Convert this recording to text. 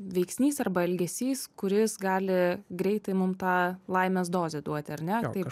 veiksnys arba elgesys kuris gali greitai mum tą laimės dozę duoti ar ne taip